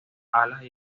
alas